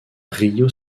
río